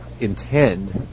intend